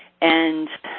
and